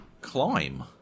climb